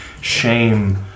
shame